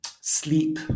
sleep